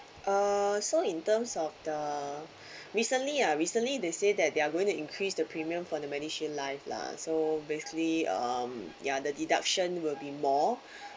uh so in terms of the recently ah recently they say that they are going to increase the premium for the MediShield life lah so basically um yeah the deduction will be more